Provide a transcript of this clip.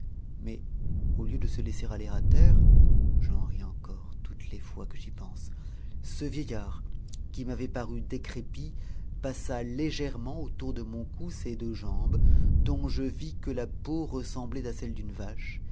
mais au lieu de se laisser aller à terre j'en ris encore toutes les fois que j'y pense ce vieil u'd qui m'avait paru décrépit passa légèrement autour de mon cou ses eux jambes dont je vis que la peau ressemblait à celle d'une vache